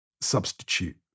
substitute